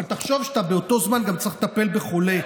אבל תחשוב שבאותו זמן צריך לטפל בחולה,